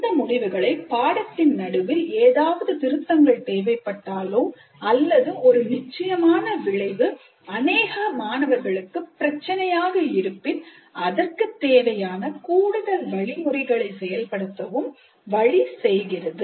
இந்த முடிவுகளை பாடத்தின் நடுவில் ஏதாவது திருத்தங்கள் தேவைப்பட்டாலோ அல்லது ஒரு நிச்சயமான விளைவு அநேக மாணவர்களுக்கு பிரச்சினையாக இருப்பின் அதற்குத் தேவையான கூடுதல் வழிமுறைகளை செயல்படுத்தவும் வழி செய்கிறது